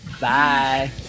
Bye